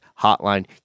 hotline